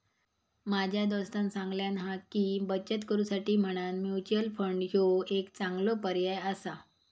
माझ्या दोस्तानं सांगल्यान हा की, बचत करुसाठी म्हणान म्युच्युअल फंड ह्यो एक चांगलो पर्याय आसा